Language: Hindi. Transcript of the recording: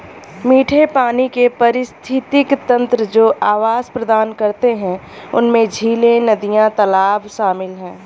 मीठे पानी के पारिस्थितिक तंत्र जो आवास प्रदान करते हैं उनमें झीलें, नदियाँ, तालाब शामिल हैं